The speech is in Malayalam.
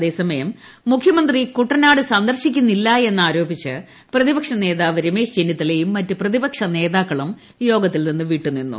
അതേ സമയം മുഖ്യമന്ത്രി ക്ടൂട്ടനാട് സന്ദർശിക്കുന്നില്ല എന്ന് ആരോപിച്ച് പ്രതിപക്ഷ നേതാപ്പ് ർമ്മേള് ചെന്നിത്തലയും മറ്റ് പ്രതിപക്ഷ നേതാക്കളും യോഗത്തിൽ നിന്ന് പിട്ട് നിന്നു